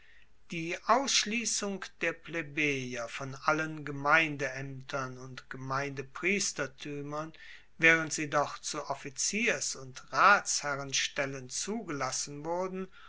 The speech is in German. die ausschliessung der plebejer von allen gemeindeaemtern und gemeindepriestertuemern waehrend sie doch zu offiziers und ratsherrenstellen zugelassen wurden